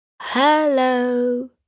Hello